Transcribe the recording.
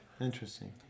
Interesting